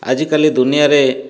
ଆଜି କାଲି ଦୁନିଆରେ